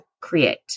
create